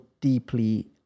deeply